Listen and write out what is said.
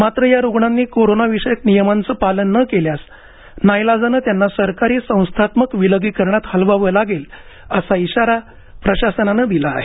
मात्र या रुग्णांनी कोरोनाविषयक नियमांचं पालन न केल्यास नाईलाजानं त्यांना सरकारी संस्थात्मक विलगीकरणात हलवावं लागेल असा इशारा प्रशासनानं दिला आहे